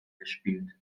gespielt